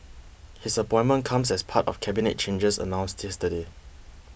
his appointment comes as part of Cabinet changes announced yesterday